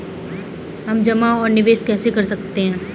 हम जमा और निवेश कैसे कर सकते हैं?